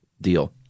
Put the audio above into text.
deal